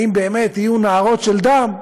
האם באמת יהיו נהרות של דם?